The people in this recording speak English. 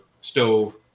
stove